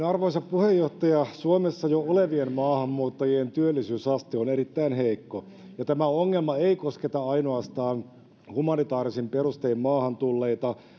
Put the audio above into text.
arvoisa puheenjohtaja suomessa jo olevien maahanmuuttajien työllisyysaste on erittäin heikko ja tämä ongelma ei kosketa ainoastaan humanitaarisin perustein maahan tulleita